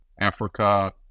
Africa